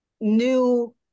new